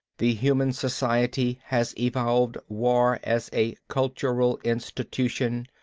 the human society has evolved war as a cultural institution,